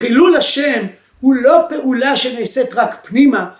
חילול השם הוא לא פעולה שנעשית רק פנימה